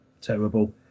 terrible